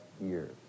years